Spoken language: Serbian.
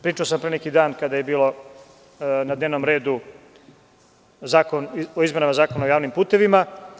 Pričao sam pre neki dan kada je na dnevnom redu bio Zakon o izmenama Zakona o javnim putevima.